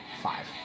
five